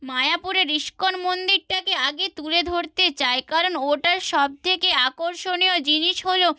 মায়াপুরের ইস্কন মন্দিরটাকে আগে তুলে ধরতে চাই কারণ ওটার সবথেকে আকর্ষণীয় জিনিস হলো